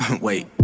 wait